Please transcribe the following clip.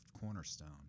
cornerstone